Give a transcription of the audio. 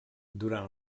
durant